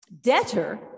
debtor